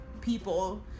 people